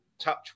touch